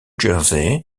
jersey